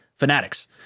Fanatics